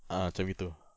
ah macam gitu